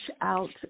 out